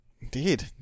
indeed